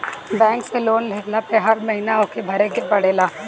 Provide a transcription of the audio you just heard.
bank से loan लेहला पअ हर महिना ओके भरे के पड़ेला